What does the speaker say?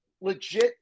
legit